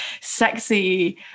sexy